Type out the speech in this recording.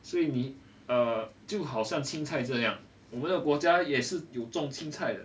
所以你 err 就好像青菜这样我们的国家也是有种青菜的